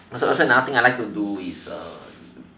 also another thing I like to do is uh